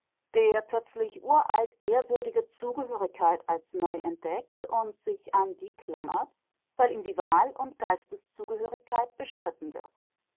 der plötzlich uralt ehrwürdige zugehörigkeit als neu entdeckt und sich an die klammert weil ihm die wahl und geisteszugehörigkeit bestritten wird